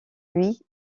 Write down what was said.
lui